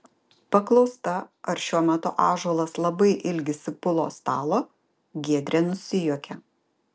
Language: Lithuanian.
paklausta ar šiuo metu ąžuolas labai ilgisi pulo stalo giedrė nusijuokė